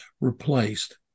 replaced